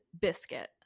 Biscuit